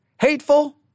hateful